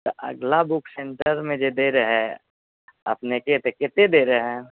अगला बुक सेन्टरमे जे दए रहे हैं अपनेके तऽ कते दे रहै हैं